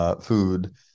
Food